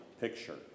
picture